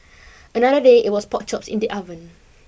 another day it was pork chops in the oven